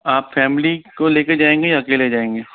आप फैमिली को लेकर जायेंगे या अकेले जायेंगे